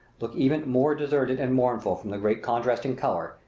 look even more deserted and mournful from the great contrast in color,